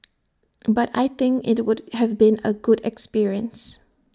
but I think IT would have been A good experience